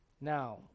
Now